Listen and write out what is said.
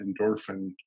endorphin